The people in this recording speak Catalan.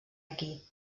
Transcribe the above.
aquí